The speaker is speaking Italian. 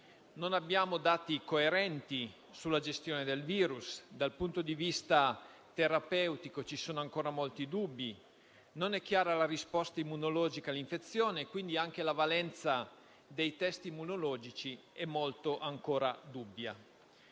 non abbiamo dati coerenti sulla gestione del virus. Dal punto di vista terapeutico ci sono ancora molti dubbi. Non è chiara la risposta immunologica all'infezione. Quindi, anche la valenza dei test immunologici è ancora molto dubbia.